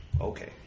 okay